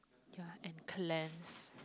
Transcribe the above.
ya and cleanse